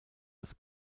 als